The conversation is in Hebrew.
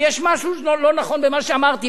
אם יש משהו לא נכון במה שאמרתי,